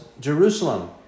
Jerusalem